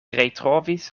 retrovis